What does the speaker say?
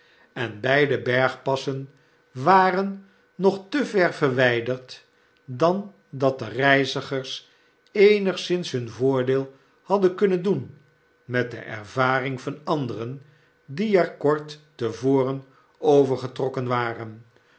en beide bergpassen waren nog te ver verwijderd dan dat de reizigers eenigszins hun voordeel hadden kunnen doen met de ervaring van anderen die er kort te voren overgetrokken waren